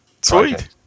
Sweet